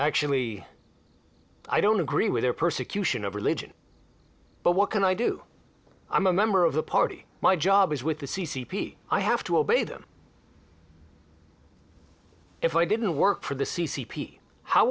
actually i don't agree with their persecution of religion but what can i do i'm a member of the party my job is with the c c p i have to obey them if i didn't work for the c c p how